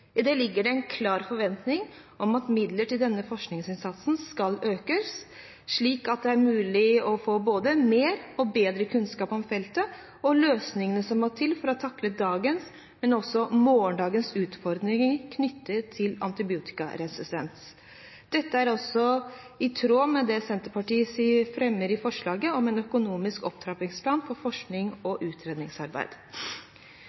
I det ligger det en klar forventning om at midler til denne forskningsinnsatsen skal økes, slik at det er mulig å få både mer og bedre kunnskap om feltet og løsningene som må til for å takle dagens og morgendagens utfordringer knyttet til antibiotikaresistens. Dette er i tråd med det Senterpartiet fremmer i forslaget om en økonomisk opptrappingsplan for forsknings- og utredningsarbeid.